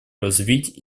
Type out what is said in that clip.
развить